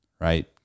Right